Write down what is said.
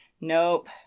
Nope